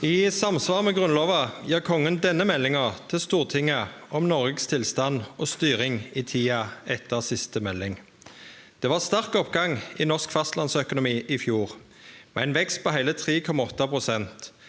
I samsvar med Grunnlova gir Kongen denne meldinga til Stortinget om Noregs tilstand og styring i tida etter siste melding. Det var sterk oppgang i norsk fastlandsøkonomi i fjor, med ein vekst på heile 3,8 pst.